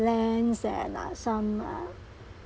plan and uh some uh